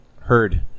heard